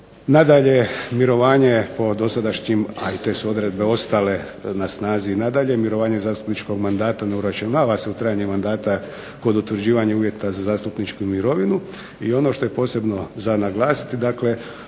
Nadalje, mirovanje po dosadašnjim a te su odredbe ostale na snazi dalje, mirovanje zastupničkog mandata ne uračunava se na trajanje mandata kod utvrđivanja uvjeta za zastupničku mirovinu i ono što je potrebno za naglasiti dakle